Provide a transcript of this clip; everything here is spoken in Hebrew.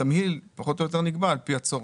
התמהיל פחות או יותר נקבע על פי הצורך.